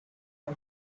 the